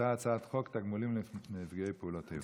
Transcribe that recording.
אותה הצעת חוק, נפגעי פעולות איבה.